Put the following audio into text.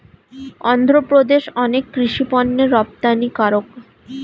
অন্ধ্রপ্রদেশ অনেক কৃষি পণ্যের রপ্তানিকারক